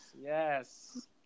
yes